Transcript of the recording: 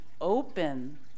open